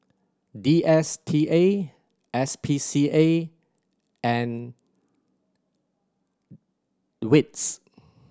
D S T A S P C A and wits